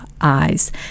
eyes